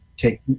Take